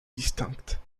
distinctes